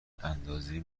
اندازه